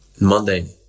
Monday